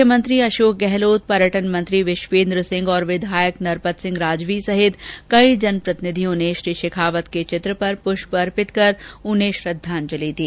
मुख्यमंत्री अशोक गहलोत पर्यटन मंत्री विश्वेन्द्र सिंह और विधायक नरपत सिंह सहित कई जनप्रतिनिधियों ने शेखावत के चित्र पर पुष्प अर्पित कर उन्हें श्रद्वांजलि दी